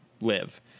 live